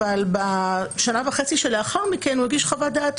אבל בשנה וחצי שלאחר מכן הוא הגיש חוות דעת